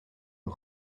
een